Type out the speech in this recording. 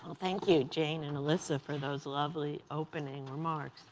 thank you, jane and alyssa, for those lovely opening remarks.